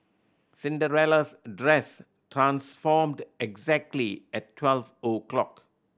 Cinderella's dress transformed exactly at twelve O' clock